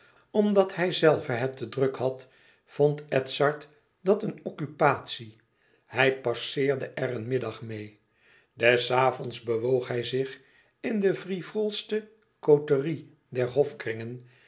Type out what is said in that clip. omdat hijzelve het te druk had vond edzard dat een occupatie hij passeerde er een middag meê des avonds bewoog hij zich in de frivoolste côterie der hofkringen